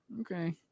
Okay